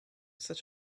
such